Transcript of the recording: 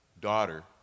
daughter